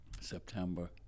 September